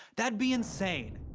that'd be insane.